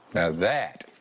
that